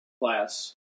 class